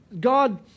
God